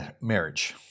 marriage